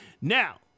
now